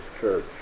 church